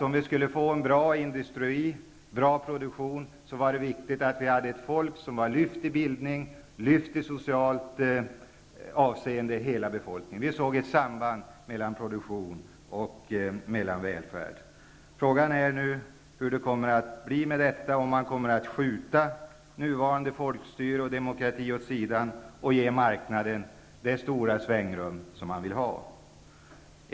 Om vi skulle få en bra industri och bra produktion, var det viktigt att hela befolkningen lyftes till bildning och i socialt avseende. Vi såg ett samband mellan produktion och välfärd. Frågan är nu hur det kommer att bli, om man kommer att skjuta nuvarande folkstyre och demokrati åt sidan och ge marknaden det stora svängrum som man vill ha.